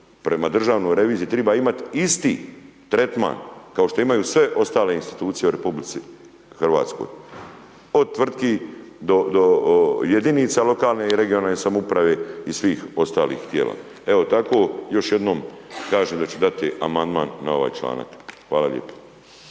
prema Državnoj reviziji triba imat isti tretman kao što imaju sve ostale institucije u RH, od tvrtki do jedinica lokalne i regionalne samouprave i svih ostalih tijela. Evo, tako još jednom kažem da ću dati amandman na ovaj članak. Hvala lijepa.